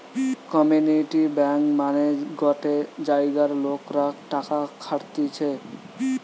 community bank মানে গটে জায়গার লোকরা টাকা খাটতিছে